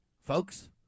folks